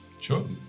Sure